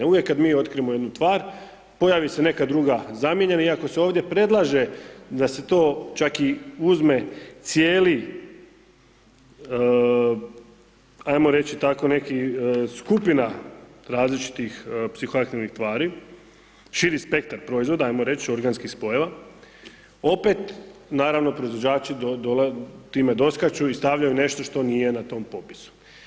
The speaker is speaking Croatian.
Uvijek kad mi otkrijemo jednu tvar, pojavi se neka druga, zamijenjena iako se ovdje predlaže da se to čak i uzme cijeli ajmo reći, tako neki, skupina različitih psihoaktivnih tvari, širi spektar proizvoda, ajmo reći, organskih spojeva, opet naravno proizvođači time doskaču i stavljaju nešto što nije na tom popisu.